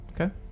Okay